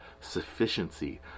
sufficiency